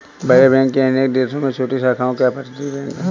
बड़े बैंक की अनेक देशों में छोटी शाखाओं अपतटीय बैंक है